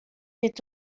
est